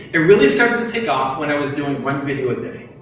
it really started to take off when i was doing one video a day.